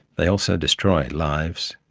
they also destroy lives,